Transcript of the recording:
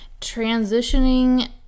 transitioning